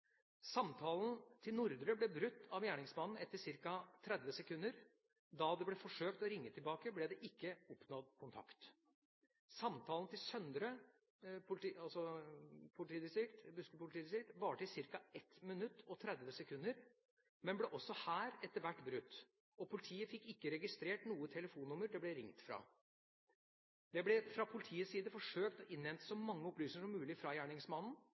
Samtalen til Nordre ble brutt av gjerningsmannen etter ca. 30 sekunder – da det ble forsøkt å ringe tilbake ble det ikke oppnådd kontakt. Samtalen til Søndre varte i ca. 1 minutt og 30 sekunder, men ble også her etter hvert brutt, og politiet fikk ikke registrert noe telefonnummer det ble ringt fra. Det ble fra politiets side forsøkt å innhente så mange opplysninger som mulig fra gjerningsmannen,